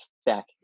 stack